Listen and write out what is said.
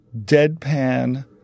deadpan